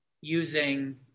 using